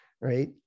right